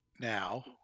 now